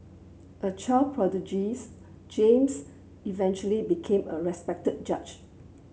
a child prodigies James eventually became a respected judge